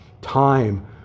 time